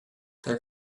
their